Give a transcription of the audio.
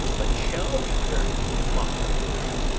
but shall return to-morrow night.